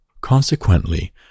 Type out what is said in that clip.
Consequently